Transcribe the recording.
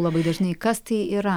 labai dažnai kas tai yra